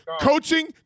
coaching